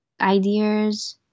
ideas